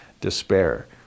despair